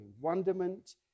wonderment